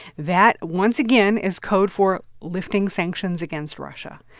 that, once again, is code for lifting sanctions against russia.